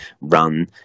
run